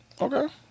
Okay